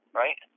right